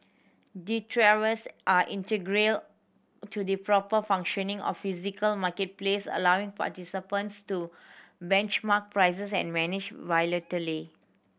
are integral to the proper functioning of physical marketplace allowing participants to benchmark prices and manage volatility